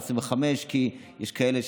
כי יש כאלה,